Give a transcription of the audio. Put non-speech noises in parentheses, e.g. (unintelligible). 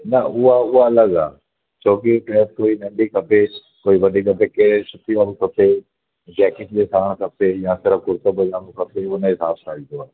न उहा उहा अलॻि आहे छो की ड्रेस कोई नंढी खपे कोई वॾी खपे कहिड़े (unintelligible) जैकिट जे साणि खपे या अंदरि कुरितो पजामो खपे हुन हिसाब सां ईंदो आहे